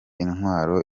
intwaro